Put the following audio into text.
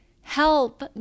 help